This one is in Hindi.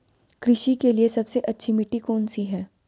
कृषि के लिए सबसे अच्छी मिट्टी कौन सी है?